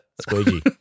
squeegee